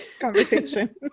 conversation